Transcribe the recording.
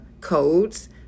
codes